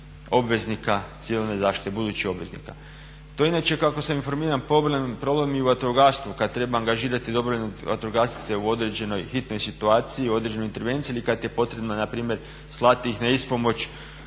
obveznika civilne zaštite, budućih obveznika. To je inače kako se informiran povoljan problem i u vatrogastvu kad treba angažirati dobrovoljne vatrogasce u određenoj hitnoj situaciji, u određenoj intervenciji ili kad je potrebno npr. slati ih na ispomoć